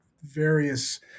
various